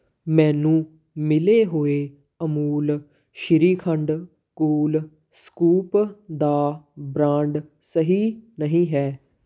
ਮੈਨੂੰ ਮਿਲੇ ਹੋਏ ਅਮੂਲ ਸ਼੍ਰੀਖੰਡ ਕੂਲ ਸਕੂਪ ਦਾ ਬ੍ਰਾਂਡ ਸਹੀ ਨਹੀਂ ਹੈ